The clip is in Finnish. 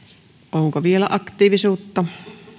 onko vielä aktiivisuutta